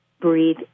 breathe